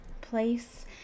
place